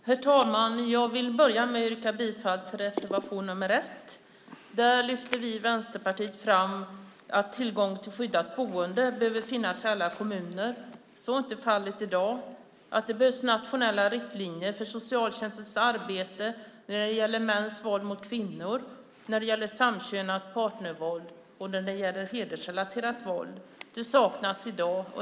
Herr talman! Jag vill börja med att yrka bifall till reservation nr 1. Där lyfter vi i Vänsterpartiet fram att tillgång till skyddat boende behöver finnas i alla kommuner - så är inte fallet i dag. Det behövs nationella riktlinjer för socialtjänstens arbete när det gäller mäns våld mot kvinnor, när det gäller samkönat partnervåld och när det gäller hedersrelaterat våld. Det saknas i dag.